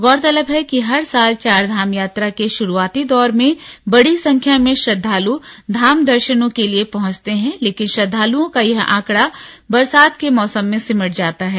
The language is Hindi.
गौरतलब है कि हर साल चारधाम यात्रा के भारूआती दौर में बड़ी संख्या में श्रद्धालु धाम दर्नों के लिए पहुंचते हैं लेकिन श्रद्धालुओं का यह आंकड़ा बरसात के मौसम में सिमट जाता है